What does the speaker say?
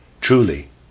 Truly